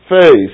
face